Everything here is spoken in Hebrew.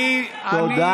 תגנה את זה שקראו לנו חלאות.